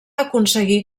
aconseguir